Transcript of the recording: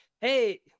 Hey